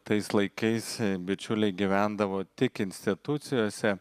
tais laikais bičiuliai gyvendavo tik institucijose